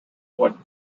won